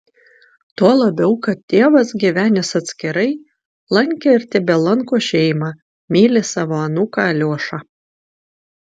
tuo labiau kad tėvas gyvenęs atskirai lankė ir tebelanko šeimą myli savo anūką aliošą